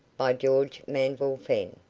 by george manville fenn.